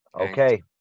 Okay